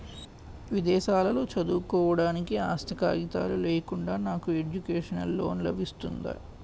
విదేశాలలో చదువుకోవడానికి ఆస్తి కాగితాలు లేకుండా నాకు ఎడ్యుకేషన్ లోన్ లబిస్తుందా?